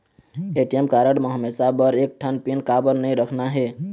ATM card म हमेशा बर एक ठन पिन काबर नई रखना हे?